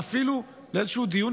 ואפילו לאיזשהו דיון